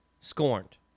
scorned